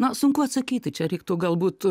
na sunku atsakyti čia reiktų galbūt